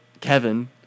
Kevin